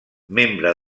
membre